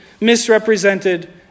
misrepresented